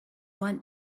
want